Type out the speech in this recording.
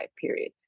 period